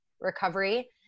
recovery